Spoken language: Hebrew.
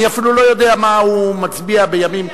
אני אפילו לא יודע מה הוא מצביע בימים,